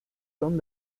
son